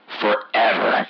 forever